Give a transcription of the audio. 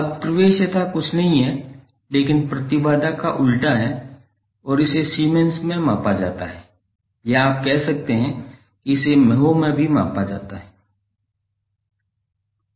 अब प्रवेश्यता कुछ नहीं है लेकिन प्रतिबाधा का उल्टा है और इसे सीमेंस में मापा जाता है या आप कह सकते हैं कि इसे महो में भी मापा जाता है